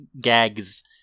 gags